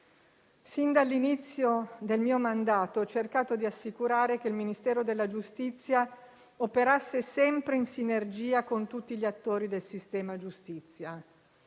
Sin dall'inizio del mio mandato ho cercato di assicurare che il Ministero della giustizia operasse sempre in sinergia con tutti gli attori del sistema giustizia: